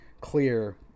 clear